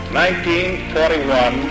1941